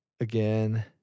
Again